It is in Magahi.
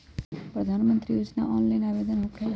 प्रधानमंत्री योजना ऑनलाइन आवेदन होकेला?